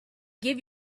give